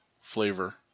flavor